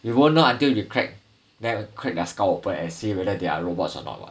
you won't know until you crack their skull open and see whether they are robots or not [what]